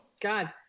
God